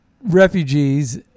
refugees